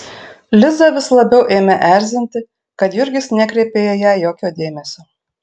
lizą vis labiau ėmė erzinti kad jurgis nekreipia į ją jokio dėmesio